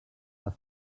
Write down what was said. les